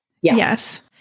Yes